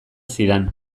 zidan